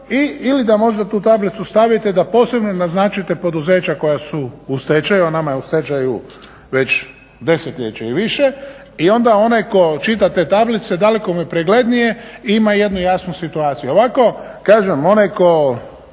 ili da možda tu tablicu stavite da posebno naznačite poduzeća koja su u stečaju, a NAMA je u stečaju već desetljeće i više i onda onaj tko čita te tablice daleko mu je preglednije i ima jednu jasnu situaciju. ovako onaj tko